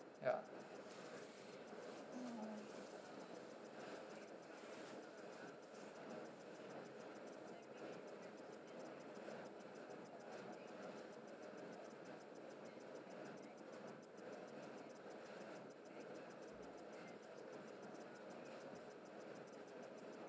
ya